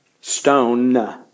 Stone